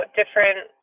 different